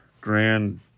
grand